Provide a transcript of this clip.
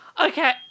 Okay